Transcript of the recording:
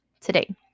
today